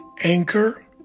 Anchor